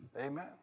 amen